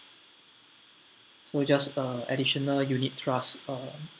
so just uh additional unit trust uh